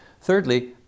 Thirdly